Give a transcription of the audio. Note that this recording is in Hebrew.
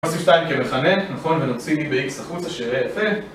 נשים שתיים כמכנה, נכון? ונוציא ב-X החוץ, שיהיה יפה.